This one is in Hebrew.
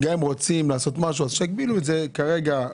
גם אם רוצים לעשות משהו, שיגבילו את זה בזמן